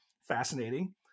fascinating